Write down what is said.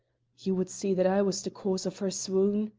you would see that i was the cause of her swoon?